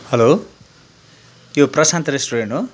hello त्यो Prashant restaurant हो